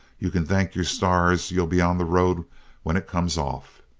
you can thank your stars you'll be on the road when it comes off!